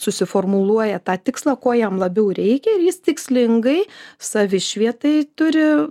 susiformuluoja tą tikslą ko jam labiau reikia ir jis tikslingai savišvietai turi